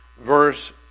verse